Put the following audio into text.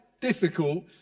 difficult